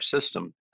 system